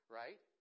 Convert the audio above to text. right